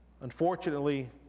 Unfortunately